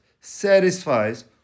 satisfies